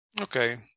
okay